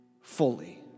fully